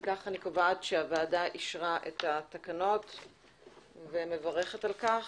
אם כך אני קובעת שהוועדה אישרה את התקנות ומברכת על כך